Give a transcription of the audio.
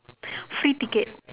free ticket